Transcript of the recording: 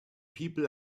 people